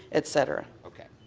et cetera. okay.